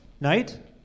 Night